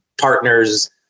partners